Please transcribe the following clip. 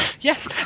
Yes